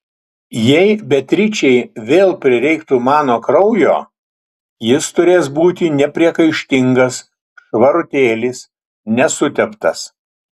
jei beatričei vėl prireiktų mano kraujo jis turės būti nepriekaištingas švarutėlis nesuteptas